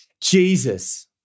Jesus